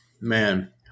man